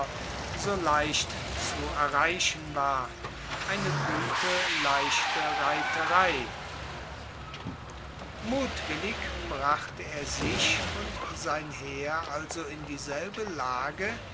so leicht zu erreichen war eine gute leichte reiterei mutwillig brachte er sich und sein heer also in dieselbe lage